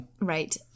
Right